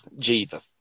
Jesus